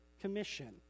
Commission